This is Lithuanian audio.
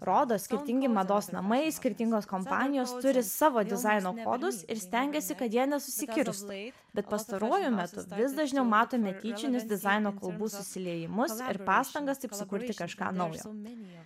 rodo skirtingi mados namai skirtingos kompanijos turi savo dizaino kodus ir stengiasi kad jie nesusikirtstų bet pastaruoju metu vis dažniau matom netyčinius dizaino klubų susiliejimus ir pastangas sukurti kažką naujo